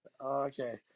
Okay